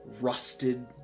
rusted